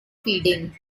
feeding